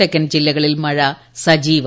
തെക്കൻ ജില്ലകളിൽ മഴ സജീവം